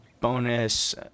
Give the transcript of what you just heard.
bonus